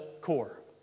core